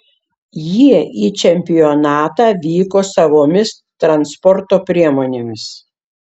jie į čempionatą vyko savomis transporto priemonėmis